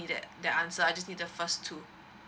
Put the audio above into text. need the the answer I just need the first two